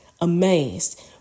Amazed